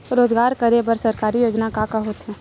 रोजगार करे बर सरकारी योजना का का होथे?